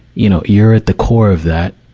you know, you're at the core of that.